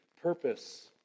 purpose